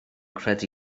credu